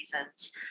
reasons